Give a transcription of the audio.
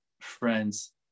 friends